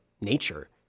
nature